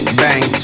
bang